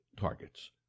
targets